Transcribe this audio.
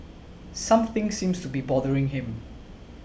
something seems to be bothering him